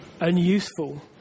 unuseful